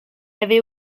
avait